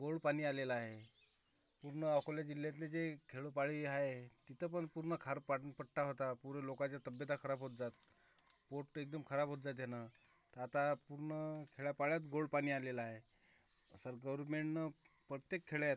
गोड पाणी आलेलं आहे पूर्ण अकोला जिल्ह्यातले जे खेडोपाडी आहे तिथं पण पूर्ण खारं पाणीपट्टा होता पूर्ण लोकाच्या तब्येता खराब होत जात पोट एकदम खराब होत जाय त्यानं आता पूर्ण खेड्यापाड्यात गोड पाणी आलेलं आहे तसं गोरमेंटनं प्रत्येक खेड्यात